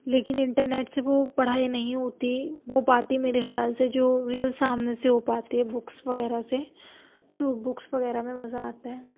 لیکن internet سے وہ پڑھائی نہیں ہوتی وہ باتیں میرے خیال سے جو ریل سامنے سے ہو پاتی ہے بکس وغیرہ سے تو بکس وغیرہ میں مزہ آتا ہے